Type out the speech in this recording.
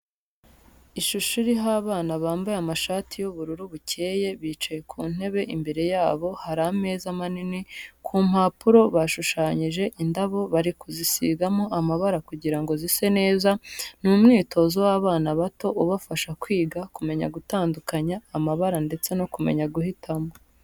Ishusho iriho abana bambaye amashati y'ubururu bukeye bicaye ku ntebe imbere yabo hari ameza manini, ku mpapuro bashushanyije indabo bari kuzisigamo amabara kugira ngo zise neza, ni umwitozo w'abana bato ubafasha kwiga kumeya gutandukanya amabara ndetse no kumeya guhitamo.